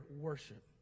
worship